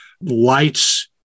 lights